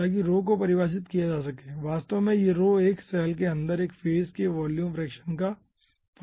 ताकि रो को परिभाषित किया जा सके वास्तव में यह रो एक सैल के अंदर एक फेज़ के वॉल्यूम फ्रैक्शन का फंक्शन होगा